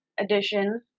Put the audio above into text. edition